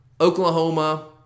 Oklahoma